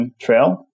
trail